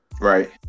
Right